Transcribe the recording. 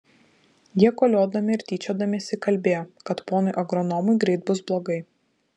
jie koliodami ir tyčiodamiesi kalbėjo kad ponui agronomui greit bus blogai